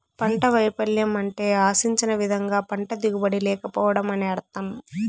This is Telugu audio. పంట వైపల్యం అంటే ఆశించిన విధంగా పంట దిగుబడి లేకపోవడం అని అర్థం